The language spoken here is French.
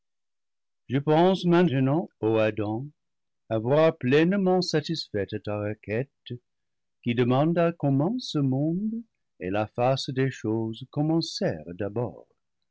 je pense maintenant ô adam avoir pleinement satisfait à ta requête qui demanda comment ce monde et la face des choses commencèrent d'abord